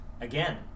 again